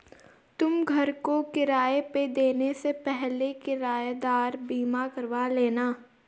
तुम घर को किराए पे देने से पहले किरायेदार बीमा करवा लेना